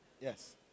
Yes